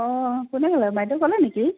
অঁ কোনে ক'লে বাইদেউ ক'লে নেকি